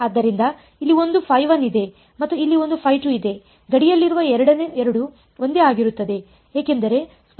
ಆದ್ದರಿಂದ ಇಲ್ಲಿ ಒಂದು ಇದೆ ಮತ್ತು ಇಲ್ಲಿ ಒಂದು ಇದೆ ಗಡಿಯಲ್ಲಿರುವ 2 ಒಂದೇ ಆಗಿರುತ್ತದೆ ಏಕೆಂದರೆ ಸ್ಪರ್ಶ ಸಮೀಕರಣಗಳ ಮುಂದುವರಿಕೆ ಸರಿಯಾಗಿರುತ್ತದೆ